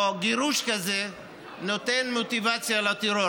גירוש כזה נותן מוטיבציה לטרור.